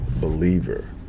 believer